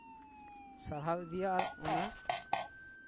ᱥᱟᱨᱦᱟᱣ ᱤᱫᱤᱭᱟ ᱟᱨ ᱚᱱᱟ